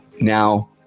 Now